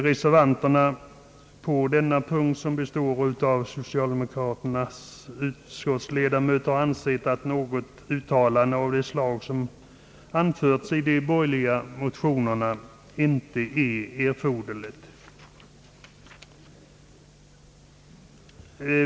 Reservanterna på denna punkt, som består av de socialdemokratiska ledamöterna i utskottet, har ansett att något uttalande av det slag som har gjorts i de borgerliga motionerna inte är erforderligt.